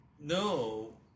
No